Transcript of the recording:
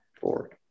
forward